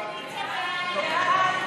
ההצעה להעביר את הצעת החוק להסדר ההימורים